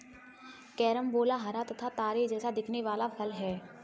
carambola हरा तथा तारे जैसा दिखने वाला फल है